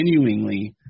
continuingly